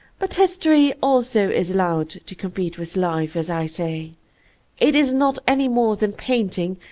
but history also is allowed to compete with life, as i say it is not, any more than painting,